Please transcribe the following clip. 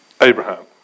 Abraham